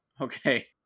Okay